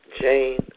Jane